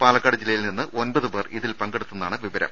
പാലക്കാട് ജില്ലയിൽ നിന്ന് ഒമ്പത് പേർ ഇതിൽ പങ്കെടുത്തെന്നാണ് വിവരം